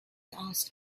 asked